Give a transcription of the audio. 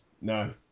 No